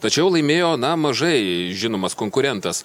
tačiau laimėjo na mažai žinomas konkurentas